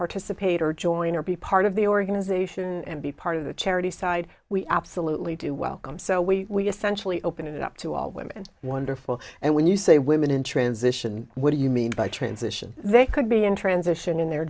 participate or join or be part of the organization and be part of the charity side we absolutely do welcome so we essential we open it up to all women wonderful and when you say women in transition what do you mean by transition they could be in transition in their